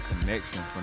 Connection